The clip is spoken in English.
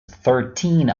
thirteen